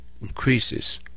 increases